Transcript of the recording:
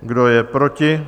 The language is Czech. Kdo je proti?